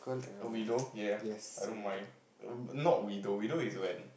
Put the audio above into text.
a widow yea I don't mind not widow widow is when